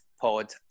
pod